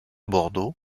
bordeaux